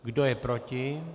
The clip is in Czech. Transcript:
Kdo je proti?